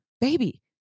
Baby